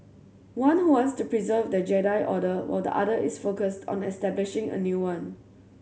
one who wants to preserve the Jedi Order while the other is focused on establishing a new one